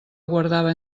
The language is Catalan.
guardava